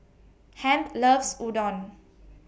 Hamp loves Udon